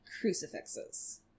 crucifixes